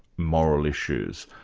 moral issues,